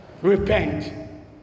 Repent